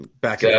back